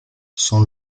son